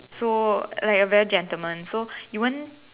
so like a very gentleman so you won't